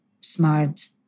smart